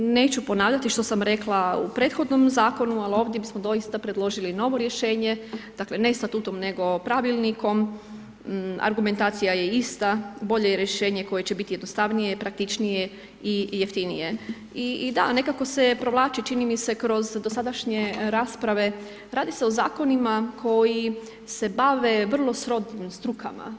Neću ponavljati što sam rekla u prethodnom Zakonu, al ovdje bismo doista predložili novo rješenje, dakle, ne Statutom, nego Pravilnikom, argumentacija je ista, bolje je rješenje koje će biti jednostavnije i praktičnije i jeftinije i da, nekako se provlači, čini mi se, kroz dosadašnje rasprave, radi se o Zakonima koji se bave vrlo srodnim strukama.